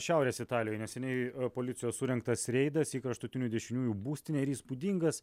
šiaurės italijoj neseniai policijos surengtas reidas į kraštutinių dešiniųjų būstinę ir įspūdingas